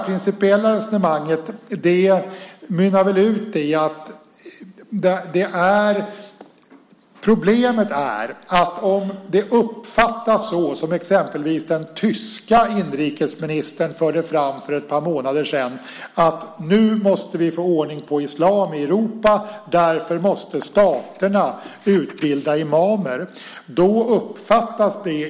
Problemet är om det uppfattas så som exempelvis den tyske inrikesministern för ett par månader sedan förde fram, nämligen att vi nu måste få ordning på islam i Europa och att staterna därför måste utbilda imamer.